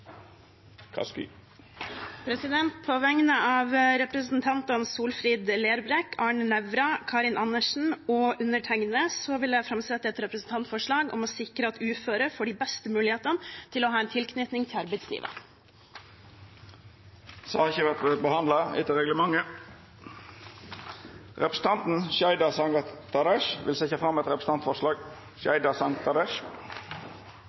representantforslag. På vegne av representantene Solfrid Lerbrekk, Arne Nævra, Karin Andersen og meg selv vil jeg framsette et representantforslag om å legge til rette for at uføre får de beste muligheter til å ha en tilknytning til arbeidslivet. Representanten Sheida Sangtarash vil setja fram eit representantforslag.